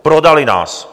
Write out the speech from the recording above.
Prodali nás.